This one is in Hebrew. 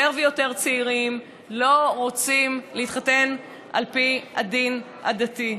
יותר ויותר צעירים לא רוצים להתחתן על פי הדין הדתי,